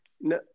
no